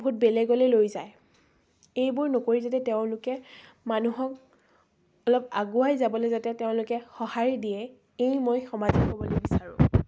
বহুত বেলেগলৈ লৈ যায় এইবোৰ নকৰি যদি তেওঁলোকে মানুহক অলপ আগুৱাই যাবলৈ যাতে তেওঁলোকে সঁহাৰি দিয়ে এই মই সমাজক ক'বলৈ বিচাৰোঁ